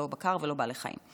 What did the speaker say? לא בקר ולא בעלי חיים.